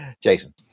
Jason